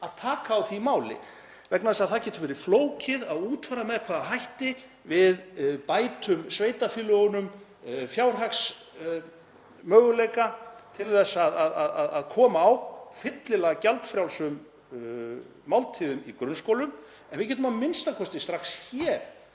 að taka á því máli vegna þess að það getur verið flókið að útfæra með hvaða hætti við bætum sveitarfélögunum fjárhagsmöguleika til þess að koma á fyllilega gjaldfrjálsum máltíðum í grunnskólum. En við getum a.m.k. strax hér